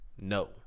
No